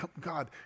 God